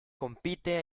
compite